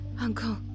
Uncle